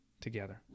together